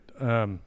right